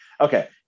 Okay